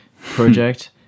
project